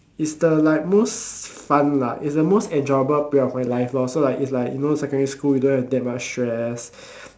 is the like most fun lah is the most enjoyable period of my life lor so like is like you know secondary school you don't have that much stress